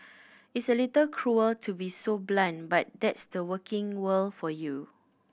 it's a little cruel to be so blunt but that's the working world for you